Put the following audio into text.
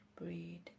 breathe